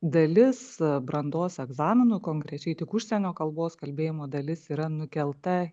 dalis brandos egzaminų konkrečiai tik užsienio kalbos kalbėjimo dalis yra nukelta